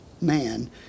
man